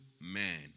man